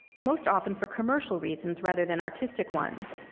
most often for commercial reasons rather than artistic ones.